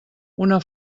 una